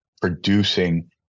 producing